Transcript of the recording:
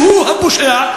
שהוא הפושע,